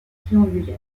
triangulaires